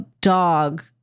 dog